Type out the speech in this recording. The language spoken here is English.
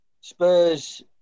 Spurs